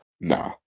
Nah